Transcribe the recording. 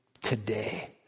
today